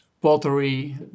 pottery